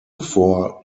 four